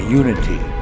unity